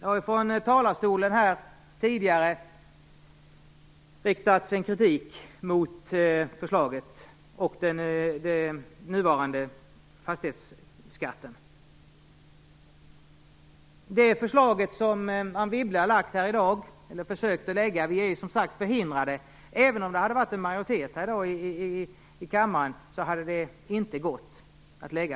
Det har från talarstolen tidigare riktats kritik mot förslaget och den nuvarande fastighetsskatten. Anne Wibble försökte lägga fram ett förslag här i dag. Vi är förhindrade att lägga fram förslag. Det hade tyvärr inte gått även om det hade funnits en majoritet i kammaren i dag.